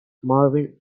marvin